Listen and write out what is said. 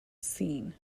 scene